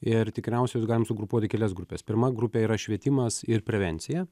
ir tikriausiai juos galim sugrupuot į kelias grupes pirma grupė yra švietimas ir prevencija